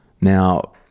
Now